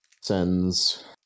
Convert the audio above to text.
sends